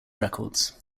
records